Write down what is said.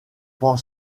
prend